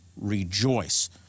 rejoice